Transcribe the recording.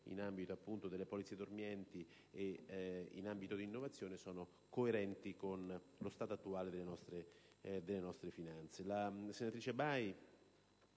nell'ambito delle polizze dormienti e delle innovazioni siano coerenti con lo stato attuale delle nostre finanze.